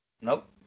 Nope